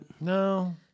No